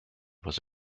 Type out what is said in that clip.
was